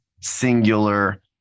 singular